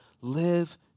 live